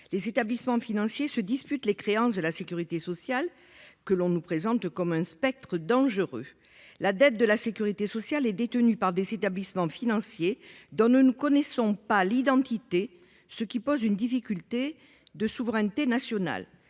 Les établissements financiers se disputent les créances de la sécurité sociale, que l’on nous présente comme un spectre dangereux. La dette de la sécurité sociale est détenue par des établissements financiers dont nous ne connaissons pas l’identité, ce qui pose une difficulté en matière de souveraineté nationale.